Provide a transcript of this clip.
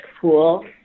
pool